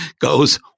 goes